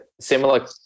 similar